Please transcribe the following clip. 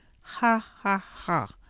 ha, ha, ha!